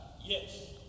Yes